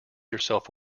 yourself